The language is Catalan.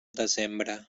desembre